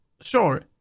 Sure